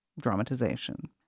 dramatization